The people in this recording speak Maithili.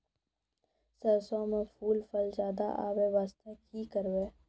सरसों म फूल फल ज्यादा आबै बास्ते कि करबै?